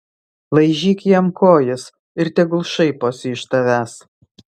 laižyk jam kojas ir tegul šaiposi iš tavęs